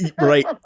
Right